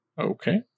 Okay